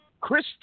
Chris